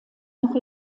noch